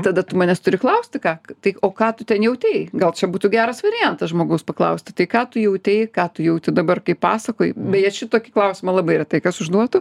tada tu manęs turi klausti ką tai o ką tu ten jautei gal čia būtų geras variantas žmogaus paklausti tai ką tu jautei ką tu jauti dabar kai pasakoji beje šitokį klausimą labai retai kas užduotų